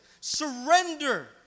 Surrender